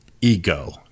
ego